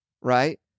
right